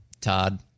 Todd